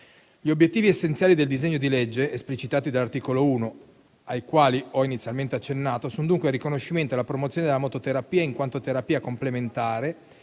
Gli obiettivi essenziali del disegno di legge, esplicitati dall'articolo 1 e ai quali ho inizialmente accennato, sono dunque il riconoscimento e la promozione della mototerapia in quanto terapia complementare,